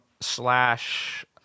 slash